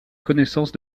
connaissance